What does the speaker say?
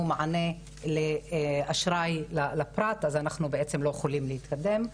מענה לאשראי לפרט אז אנחנו לא יכולים להתקדם.